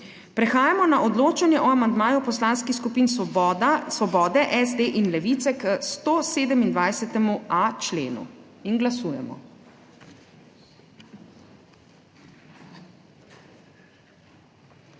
Prehajamo na odločanje o amandmaju poslanskih skupin Svoboda, SD in Levica k 127.a členu. Glasujemo.